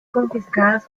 confiscadas